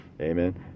amen